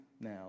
now